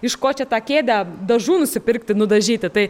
iš ko čia tą kėdę dažų nusipirkti nudažyti tai